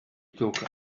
took